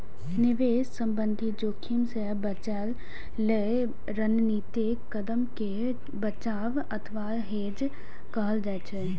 निवेश संबंधी जोखिम सं बचय लेल रणनीतिक कदम कें बचाव अथवा हेज कहल जाइ छै